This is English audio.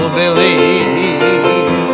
believe